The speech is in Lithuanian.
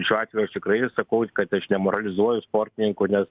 šiuo atveju tikrai ir sakau kad aš nemoralizuoju sportininkų nes